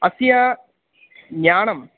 अस्य ज्ञानं